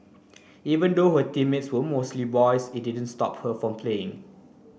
even though her teammates were mostly boys it didn't stop her from playing